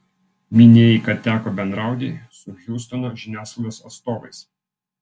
minėjai kad teko bendrauti su hjustono žiniasklaidos atstovais